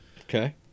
Okay